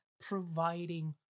providing